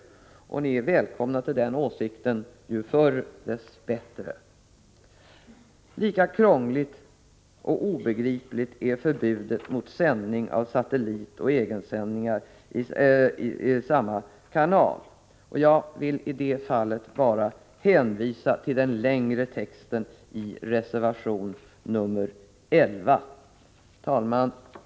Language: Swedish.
Ni är välkomna till den åsikten, ju förr dess bättre. Lika krångligt och obegripligt är förbudet mot sändning av satellitoch egna program i samma kanal. Jag vill i det fallet bara hänvisa till den längre texten i reservation 11. Herr talman!